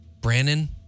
Brandon